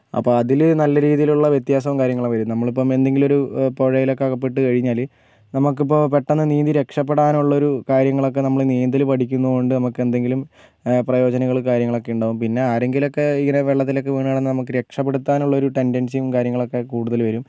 അപ്പോൾ അതില് നല്ല രീതിയിലുള്ള വ്യത്യാസം കാര്യങ്ങളൊക്കെ വരും നമ്മളിപ്പോൾ എന്തെങ്കിലും ഒരു പുഴയിലൊക്കെ അകപ്പെട്ടു കഴിഞ്ഞാല് നമുക്കിപ്പോൾ പെട്ടന്ന് നീന്തി രക്ഷപെടാനുള്ളൊരു കാര്യങ്ങളൊക്കെ നമ്മള് നീന്തല് പഠിക്കുന്നത് കൊണ്ട് നമുക്കെന്തെങ്കിലും പ്രയോജനം കാര്യങ്ങളൊക്കെ ഉണ്ടാകും പിന്നെ ആരെങ്കിലുമൊക്കെ ഇങ്ങനെ വെള്ളത്തിലൊക്കെ വീണാല് നമുക്ക് രക്ഷപ്പെടുത്താനുള്ളൊരു ടെൻഡൻസിയും കാര്യങ്ങളൊക്കെ കൂടുതല് വരും